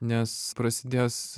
nes prasidės